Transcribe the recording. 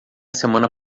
semana